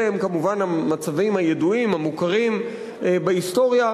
אלה כמובן המצבים הידועים, המוכרים בהיסטוריה,